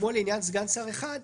כמו לעניין סגן שר אחד,